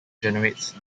generates